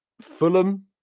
Fulham